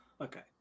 Okay